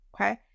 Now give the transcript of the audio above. okay